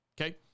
Okay